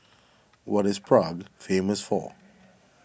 what is Prague famous for